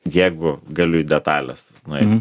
jeigu galiu į detalės nueit